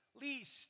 least